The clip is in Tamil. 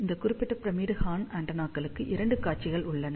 இந்த குறிப்பிட்ட பிரமிடு ஹார்ன் ஆண்டெனாக்களுக்கு இரண்டு காட்சிகள் உள்ளன